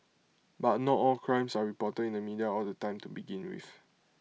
but not all crimes are reported in the media all the time to begin with